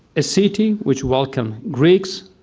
a city which welcomed greeks,